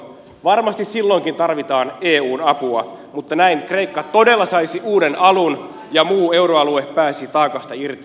varmasti silloinkin tarvitaan eun apua mutta näin kreikka todella saisi uuden alun ja muu euroalue pääsisi taakasta irti